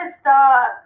stop